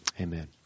amen